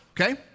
okay